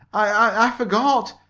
i i forgot